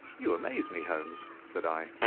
you amaze me, holmes, said i.